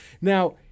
Now